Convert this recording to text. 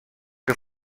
que